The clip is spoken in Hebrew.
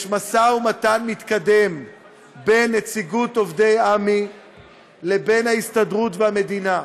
יש משא ומתן מתקדם בין נציגות עובדי עמ"י לבין ההסתדרות והמדינה.